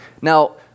Now